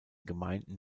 gemeinden